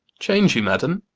change you, madam?